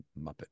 Muppet